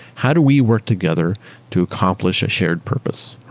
how do we work together to accomplish a shared purpose,